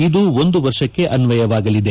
ಇದು ಒಂದು ವರ್ಷಕ್ಕೆ ಅನ್ವಯವಾಗಲಿದೆ